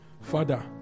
Father